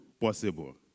possible